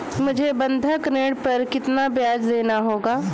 मुझे बंधक ऋण पर कितना ब्याज़ देना होगा?